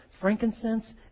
frankincense